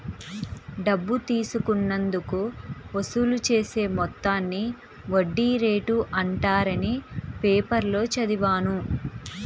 డబ్బు తీసుకున్నందుకు వసూలు చేసే మొత్తాన్ని వడ్డీ రేటు అంటారని పేపర్లో చదివాను